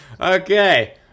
okay